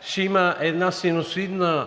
ще има едно синусоидно